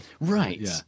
Right